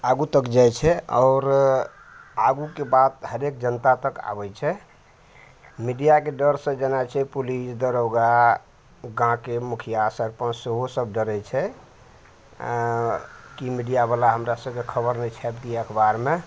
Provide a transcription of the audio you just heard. आगू तक जाइ छै आओर आगूके बात हरेक जनता तक आबै छै मीडियाके डर सऽ जेना छै पुलिस दरोगा गाँवके मुखिया सरपञ्च सेहो सब डरै छै आएँ की मीडिया बला हमरा सबके खबर नहि छापि दिए अखबारमे